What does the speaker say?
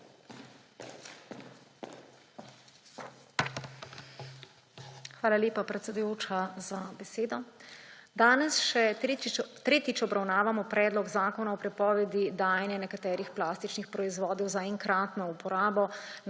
Hvala lepa, predsedujoča, za besedo. Danes še tretjič obravnavano Predlog zakona o prepovedi dajanja nekaterih plastičnih proizvodov za enkratno uporabo